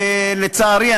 לצערי,